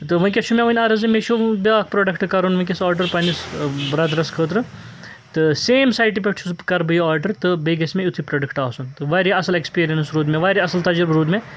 تہٕ وٕنۍکٮ۪س چھُ مےٚ وۄنۍ عرض یہِ مےٚ چھُ بیٛاکھ پرٛوڈَکٹ کَرُن وٕنۍک۪س آرڈَر پنٛنِس برٛٮ۪درَس خٲطرٕ تہٕ سیم سایٹہِ پٮ۪ٹھ چھُس بہٕ کَرٕ بہٕ آرڈَر تہٕ بیٚیہِ گژھِ مےٚ یُتھُے پرٛوڈَکٹ آسُن تہٕ واریاہ اَصٕل اٮ۪کٕسپیٖریَنٕس روٗد مےٚ واریاہ اَصٕل تَجربہٕ روٗد مےٚ